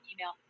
email